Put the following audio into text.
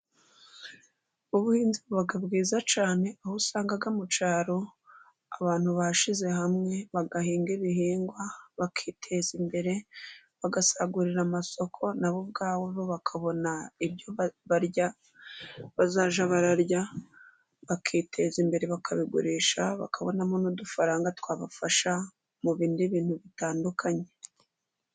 Ubuhinzi buba bwiza cyane, aho usanga mu cyaro, abantu bashize hamwe, bagahinga ibihingwa bakiteza imbere, bagasagurira amasoko nabo ubwabo, bakabona ibyo barya, bazajya bararya bakiteza imbere, bakabigurisha bakabonamo n'udufaranga twabafasha, mu bindi bintu bitandukanye.